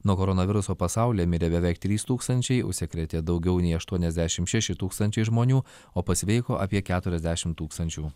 nuo koronaviruso pasaulyje mirė beveik trys tūkstančiai užsikrėtė daugiau nei aštuoniasdešim šeši tūkstančiai žmonių o pasveiko apie keturiasdešim tūkstančių